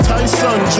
Tyson